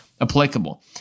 applicable